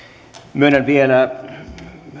myönnän vielä